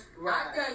Right